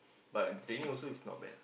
but training also is not bad ah